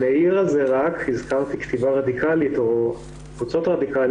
אני רק אעיר על זה הזכרתי כתיבה רדיקלית או קבוצות רדיקליות